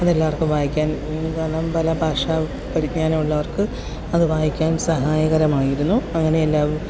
അത് എല്ലാവർക്കും വായിക്കാൻ കാരണം പല ഭാഷാ പരിജ്ഞാനമുള്ളവർക്ക് അത് വായിക്കാൻ സഹായകരമായിരുന്നു അങ്ങനെ എല്ലാം